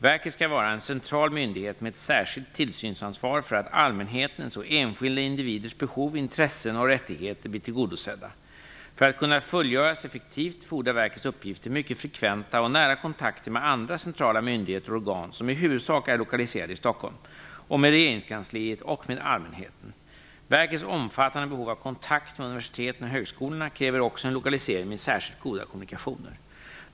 Verket skall vara en central myndighet med ett särskilt tillsynsansvar för att allmänhetens och enskilda individers behov, intressen och rättigheter blir tillgodosedda. För att kunna fullgöras effektivt fordrar verkets uppgifter mycket frekventa och nära kontakter med andra centrala myndigheter och organ, som i huvudsak är lokaliserade i Stockholm, och med regeringskansliet och med allmänheten. Verkets omfattande behov av kontakter med universiteten och högskolorna kräver också en lokalisering med särskilt goda kommunikationer.